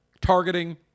targeting